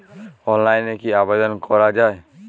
অনলাইনে কি আবেদন করা য়ায়?